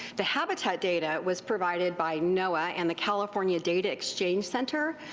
the habitat data was provided by noaa and the california data exchange center,